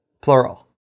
plural